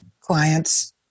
clients